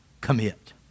commit